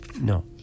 No